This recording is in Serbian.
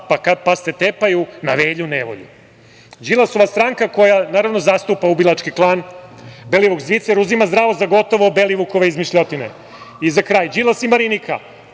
pa sad tepaju na Velju nevolju. Đilasova stranka koja zastupa ubilački klan, Belivuk– Zvicer uzima zdravo za gotovo Belivukove izmišljotine.I za kraj, Đilas i Marinika